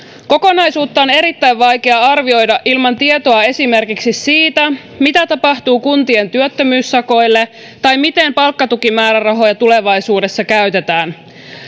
kokonaisuutta on on erittäin vaikea arvioida ilman tietoa esimerkiksi siitä mitä tapahtuu kuntien työttömyyssakoille tai miten palkkatukimäärärahoja tulevaisuudessa käytetään